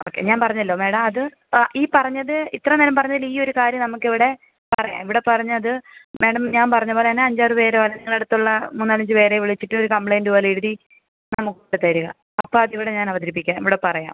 okay ഞാൻ പറഞ്ഞല്ലോ madam അത് ആ ഈ പറഞ്ഞത് ഇത്രയും നേരം പറഞ്ഞതിൽ ഈ ഒര് കാര്യം നമുക്കിവിടെ പറയാം ഇവിടെ പറഞ്ഞത് മാഡം ഞാൻ പറഞ്ഞത് പോലെ തന്നെ അഞ്ചാറ് പേര് നിങ്ങളുടെ അടുത്തുള്ള മൂന്നാലഞ്ച് പേരെ വിളിച്ചിട്ട് ഒര് കംപ്ലയിൻറ്റ് പോലെഴുതി നമുക്ക് തരിക അപ്പോൾ അതിവിടെ ഞാൻ അവതരിപ്പിക്കാം ഇവിടെ പറയാം